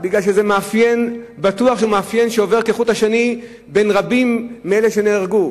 כי זה מאפיין בטוח שעובר כחוט השני בין אלה שנהרגו.